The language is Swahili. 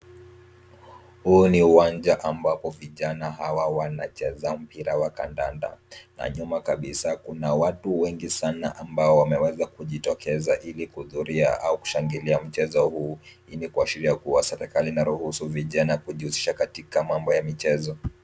Huu ni uwanja ambapo vijana hawa wanacheza mpira wa kandanda, na nyuma kabisa kuna watu wengi sana ambao wameweza kujitokeza ili kuhudhuria au kushangilia mchezo huu. Huu ni kuashiria kuwa serikali ina ruhusu vijana kujihusisha katika mambo ya michezo.